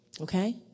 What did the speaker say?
Okay